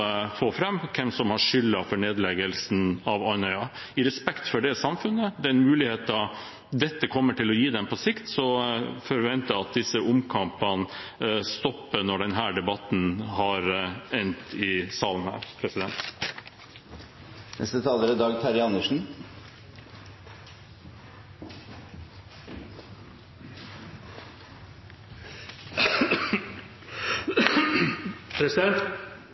få fram, om hvem som har skylden for nedleggelsen av Andøya flystasjon. I respekt for det samfunnet og den muligheten dette kommer til å gi dem på sikt, forventer jeg at disse omkampene stopper når denne debatten har endt her i salen. Jeg må si meg enig med foregående taler,